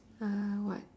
a what